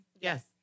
Yes